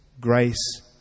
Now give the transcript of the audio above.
grace